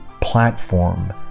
platform